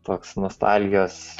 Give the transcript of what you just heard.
toks nostalgijos